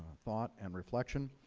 thought and reflection.